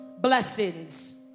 blessings